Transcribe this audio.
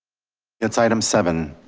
it's item seven.